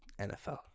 NFL